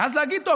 ואז להגיד: טוב,